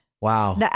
Wow